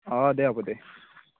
অঁ দে হ'ব দে